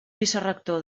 vicerector